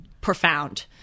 profound